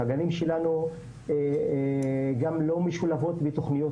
הגנים שלנו גם לא משולבים בתוכניות